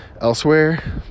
elsewhere